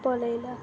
ପଳେଇଲା